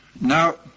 Now